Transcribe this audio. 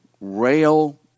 rail